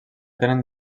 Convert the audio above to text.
tenen